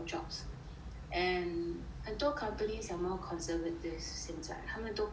and 很多 companies are more conservative 现在他们都不要